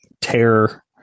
terror